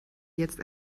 jetzt